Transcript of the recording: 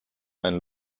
ein